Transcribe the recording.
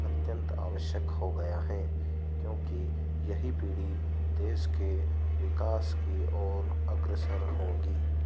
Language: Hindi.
अत्यंत आवश्यक हो गया है क्योंकि यही पीढ़ी देश के विकास की ओर अग्रसर होगी